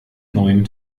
neuen